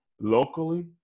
locally